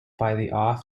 diagonal